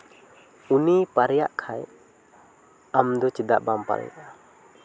ᱩᱱᱤᱭ ᱯᱟᱨᱮᱭᱟᱜ ᱠᱷᱟᱱ ᱟᱢ ᱫᱚ ᱪᱮᱫᱟᱜ ᱵᱟᱢ ᱯᱟᱨᱮᱭᱟᱜᱼᱟ